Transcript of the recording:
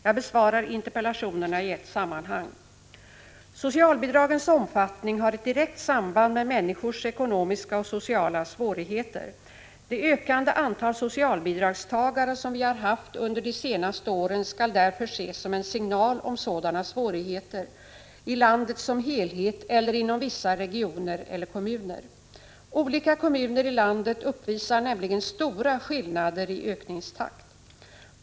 Jag besvarar interpellationerna i ett sammanhang. Socialbidragens omfattning har ett direkt samband med människors ekonomiska och sociala svårigheter. Det ökande antal socialbidragstagare som vi har haft under de senaste åren skall därför ses som en signal om sådana svårigheter, i landet som helhet eller inom vissa regioner eller kommuner. Olika kommuner i landet uppvisar nämligen stora skillnader i ökningstakt.